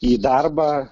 į darbą